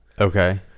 Okay